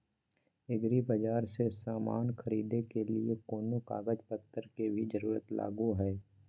एग्रीबाजार से समान खरीदे के लिए कोनो कागज पतर के भी जरूरत लगो है?